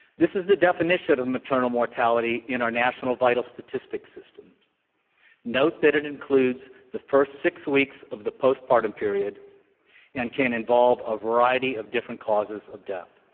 this is the definition of maternal mortality in our national vital statistics system note that it includes the first six weeks of the postpartum period and can involve a variety of different causes of death.